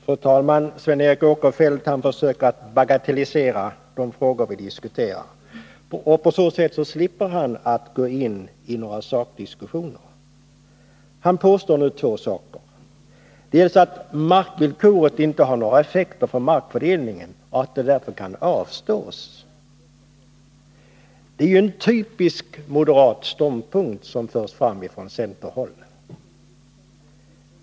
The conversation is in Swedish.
Fru talman! Sven Eric Åkerfeldt försöker bagatellisera de frågor vi diskuterar. På så sätt slipper han att gå in i någon sakdiskussion. För det första påstår Sven Eric Åkerfeldt att markvillkoret inte har några effekter på markfördelningen och att man därför kan avstå från det. Detta är juen typisk moderat ståndpunkt som förs fram från centerhåll.